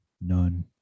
None